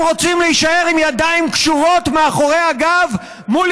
אתם רוצים להישאר עם ידיים קשורות מאחורי הגב מול